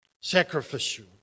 Sacrificial